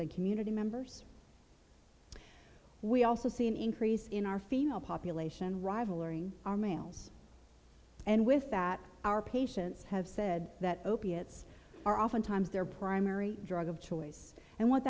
and community members we also see an increase in our female population rivaling our males and with that our patients have said that opiates are oftentimes their primary drug of choice and what